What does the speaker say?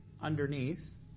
underneath